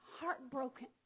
heartbroken